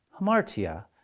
hamartia